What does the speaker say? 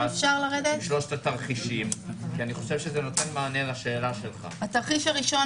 כשבסוף התוצאה שלו היא כן הצעת החוק שמונחת בפניכם,